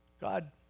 God